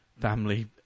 family